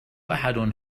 أحد